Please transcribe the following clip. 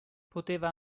poteva